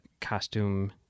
costume